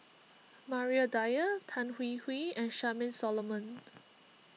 Maria Dyer Tan Hwee Hwee and Charmaine Solomon